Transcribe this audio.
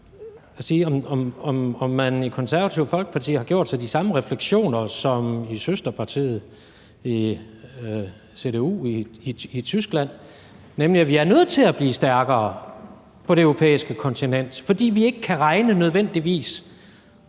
om man i Det Konservative Folkeparti har gjort sig de samme refleksioner som i søsterpartiet, CDU, i Tyskland, nemlig at vi er nødt til at blive stærkere på det europæiske kontinent, fordi vi ikke nødvendigvis